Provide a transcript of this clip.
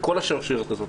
בכל השרשרת הזאת,